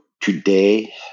today